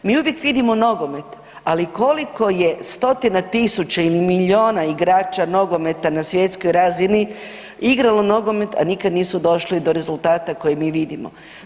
Mi uvijek vidimo nogomet, ali koliko je stotina tisuća ili milijuna igrača nogometa na svjetskoj razini igralo nogomet, a nikad nisu došli do rezultata koji mi vidimo.